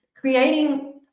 creating